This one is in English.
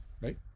right